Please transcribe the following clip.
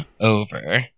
Over